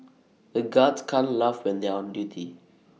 the guards can't laugh when they are on duty